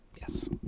Yes